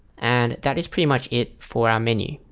and that is pretty much it for our menu,